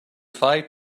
five